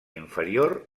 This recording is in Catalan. inferior